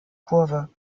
kurve